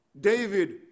David